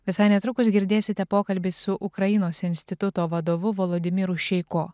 visai netrukus girdėsite pokalbį su ukrainos instituto vadovu valodimyru šeiko